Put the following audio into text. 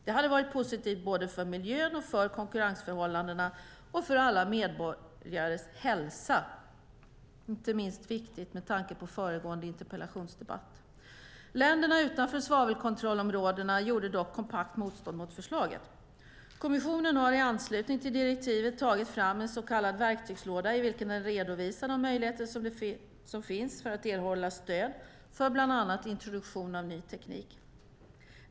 Det hade varit positivt både för miljön och för konkurrensförhållandena och för alla EU-medborgares hälsa, inte minst viktigt med tanke på föregående interpellationsdebatt. Länderna utanför svavelkontrollområdena gjorde dock kompakt motstånd mot förslaget. Kommissionen har i anslutning till direktivet tagit fram en så kallad verktygslåda vilken redovisar de möjligheter som finns att erhålla stöd för bland annat introduktion av ny teknik.